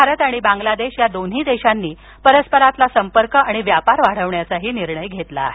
भारत आणि बांगलादेश या दोन्ही देशांनी परस्परातील संपर्क आणि व्यापार वाढवण्याचाही निर्णय घेतला आहे